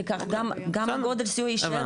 כי כך גם גודל הסיוע יישאר,